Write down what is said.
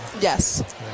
yes